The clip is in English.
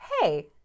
Hey